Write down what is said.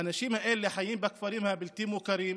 האנשים האלה חיים בכפרים הבלתי-מוכרים,